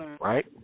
right